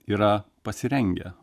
yra pasirengę